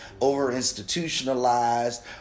over-institutionalized